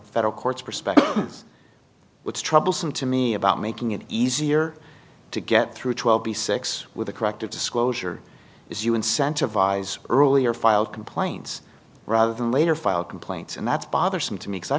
federal courts perspective what's troublesome to me about making it easier to get through twelve b six with a corrective disclosure is you incentivize earlier filed complaints rather than later file complaints and that's bothersome to me because i